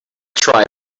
tried